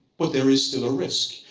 but there is still a risk.